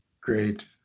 Great